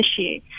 issue